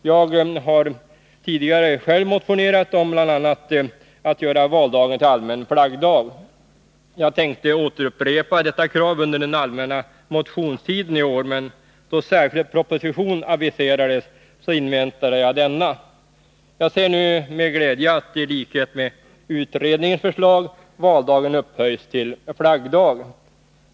Jag har själv tidigare motionerat om att göra bl.a. valdagen till allmän flaggdag. Jag tänkte upprepa detta krav under den allmänna motionstiden i år, men då en särskild proposition aviserades inväntade jag denna. Jag ser nu med glädje att, i överensstämmelse med utredningens förslag, valdagen upphöjs till flaggdag.